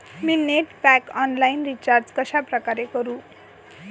मी net pack online recharge कशाप्रकारे करु?